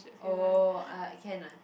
orh I can lah